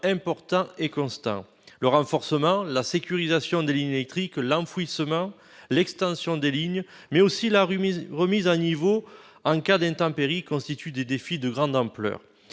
importants et constants : le renforcement, la sécurisation, l'enfouissement, l'extension des lignes électriques, mais aussi la remise à niveau en cas d'intempéries constituent des défis de grande ampleur.